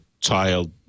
child